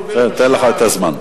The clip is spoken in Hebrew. אני אתן לך את הזמן.